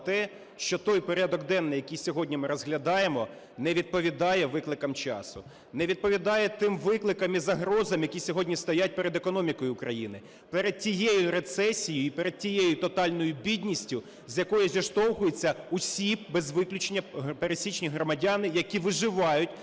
що той порядок денний, який сьогодні ми розглядаємо, не відповідає викликам часу, не відповідає тим викликам і загрозам, які сьогодні стоять перед економікою України, перед тією рецесією і перед тією тотальною бідністю, з якою зіштовхуються усі без виключення пересічні громадяни, які виживають